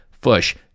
push